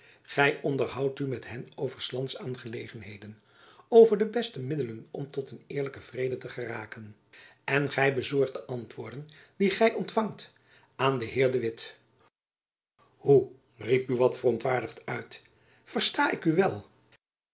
gy onderhoudt u met hen over s lands aangelegenheden over de beste middelen om tot een eerlijken vrede te geraken en gy bezorgt de antwoorden die gy ontfangt aan den heer de witt hoe riep buat verontwaardigd uit versta ik u wel